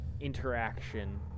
interaction